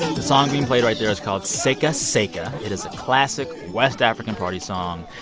the song being played right there is called seka seka. it is a classic west african party song.